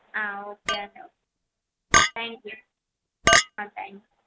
okay అండి thank you thanks